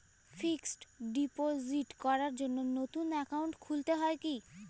Fix deposit করার জন্য নতুন অ্যাকাউন্ট খুলতে হয় কী?